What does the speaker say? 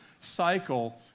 cycle